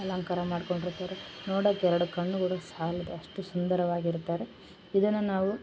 ಅಲಂಕಾರ ಮಾಡಿಕೊಂಡಿರ್ತಾರೆ ನೋಡೋಕ್ ಎರಡು ಕಣ್ಣುಗಳ್ ಸಾಲ್ದು ಅಷ್ಟು ಸುಂದರವಾಗಿ ಇರ್ತಾರೆ ಇದನ್ನು ನಾವು